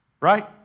right